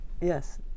yes